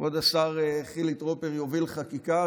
כבוד השר חילי טרופר יוביל חקיקה,